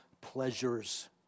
pleasures